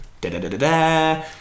Da-da-da-da-da